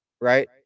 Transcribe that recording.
right